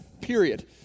period